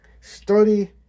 Study